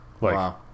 Wow